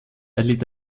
erlitt